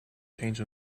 change